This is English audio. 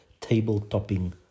table-topping